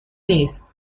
نیست